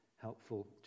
helpful